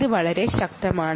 ഇത് വളരെ ശക്തമാണ്